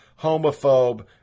homophobe